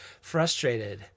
frustrated